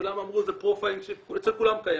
כולם אמרו שזה פרופיילינג שאצל כולם קיים,